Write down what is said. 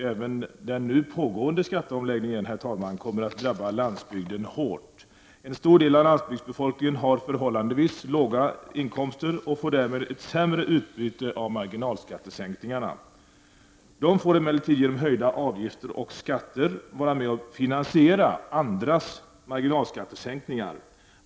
Även den nu pågående skatteomläggningen kommer att drabba landsbygden hårt, herr talman! En stor del av landsbygdsbefolkningen har förhållandevis låga inkomster och får därmed ett sämre utbyte av marginalskattesänkningarna. De får emellertid genom höjda skatter och avgifter vara med och finansiera andras marginalskattesänkningar.